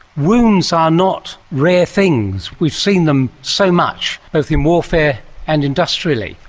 wounds are not rare things. we've seen them so much, both in warfare and industrially.